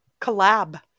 collab